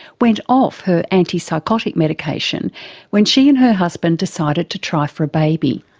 went off her antipsychotic medication when she and her husband decided to try for a baby.